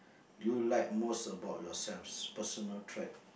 do you like most about yourself personal trait